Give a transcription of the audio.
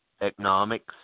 economics